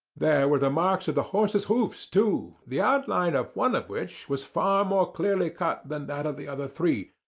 there were the marks of the horse's hoofs, too, the outline of one of which was far more clearly cut than that of the other three,